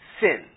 Sin